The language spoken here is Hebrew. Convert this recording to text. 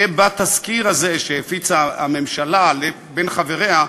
שבתזכיר הזה שהפיצה הממשלה בין חבריה,